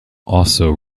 also